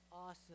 Awesome